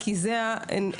כי זה הנוהג,